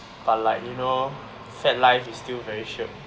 but like you know fat life is still very shiok